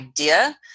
idea